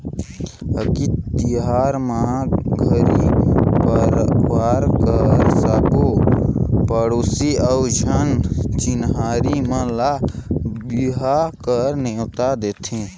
अक्ती तिहार म घरी परवार कर सबो पड़ोसी अउ जान चिन्हारी मन ल बिहा कर नेवता देथे